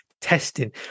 testing